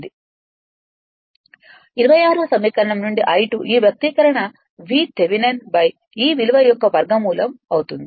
26 వ సమీకరణం నుండి I2 ఈ వ్యక్తీకరణ V థెవెనిన్ ఈ విలువ యొక్క వర్గమూలం అవుతుంది